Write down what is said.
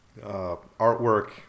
artwork